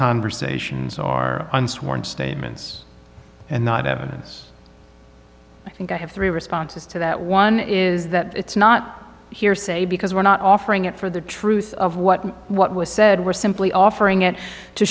conversations or on sworn statements and not evidence i think i have three responses to that one is that it's not hearsay because we're not offering it for the truth of what what was said were simply offering it to